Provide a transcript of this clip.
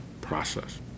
process